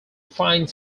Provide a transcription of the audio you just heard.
fine